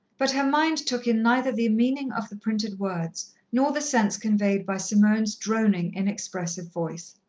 but her mind took in neither the meaning of the printed words nor the sense conveyed by simone's droning, inexpressive voice.